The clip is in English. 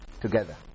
together